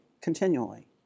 continually